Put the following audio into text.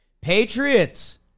Patriots